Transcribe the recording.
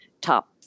top